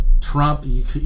Trump